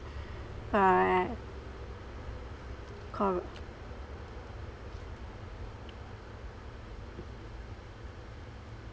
ah cor~